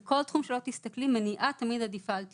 בכל תחום שלא תסתכלי, מניעה תמיד עדיפה על טיפול.